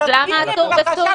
אז למה בסטודיו אסור?